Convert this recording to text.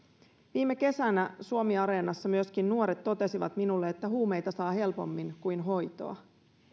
viime kesänä suomiareenassa myöskin nuoret totesivat minulle että huumeita saa helpommin kuin hoitoa